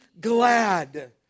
glad